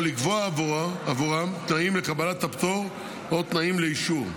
או לקבוע עבורם תנאים לקבלת הפטור או תנאים לאישור.